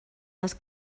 les